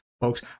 Folks